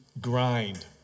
grind